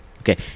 Okay